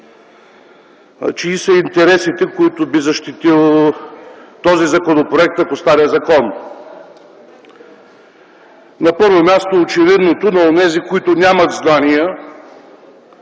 чии са интересите, които би защитил този законопроект, ако стане закон? На първо място, очевидното – на онези, които нямат знания,